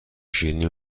شیرینی